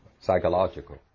psychological